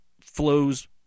flows